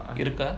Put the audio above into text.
இருக்கா:irukkaa